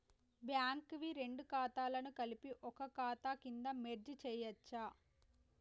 Bank వి రెండు ఖాతాలను కలిపి ఒక ఖాతా కింద మెర్జ్ చేయచ్చా?